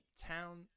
town